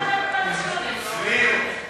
פלירט.